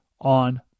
on